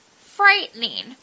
frightening